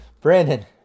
Brandon